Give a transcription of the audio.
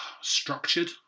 structured